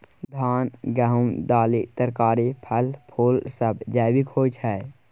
धान, गहूम, दालि, तरकारी, फल, फुल सब जैविक होई छै